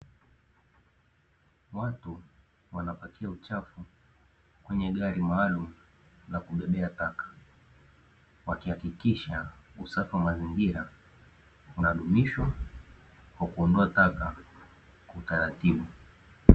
Watu wanapakia uchafu kwenye gari maalumu la kubebea taka, wakihakikisha usafi wa mazingira unadumishwa kwa kuondoa taka kwa utaratibu.